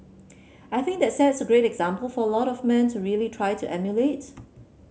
I think that sets a great example for lot of men to really try to emulate